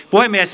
puhemies